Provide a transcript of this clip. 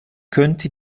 könnte